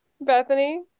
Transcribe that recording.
Bethany